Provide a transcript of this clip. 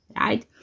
right